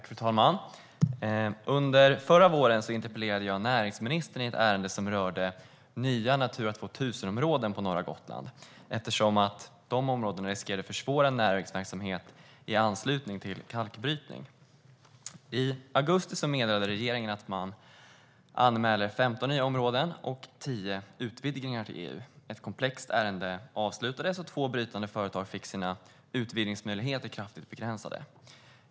Fru talman! Förra våren interpellerade jag näringsministern i ett ärende som rörde nya Natura 2000-områden på norra Gotland eftersom de områdena riskerade att försvåra näringsverksamhet i anslutning till kalkbrytning. I augusti meddelade regeringen att man anmäler 15 nya områden och tio utvidgningar till EU. Ett komplext ärende avslutades, och två brytande företag fick sina utvidgningsmöjligheter kraftigt begränsade.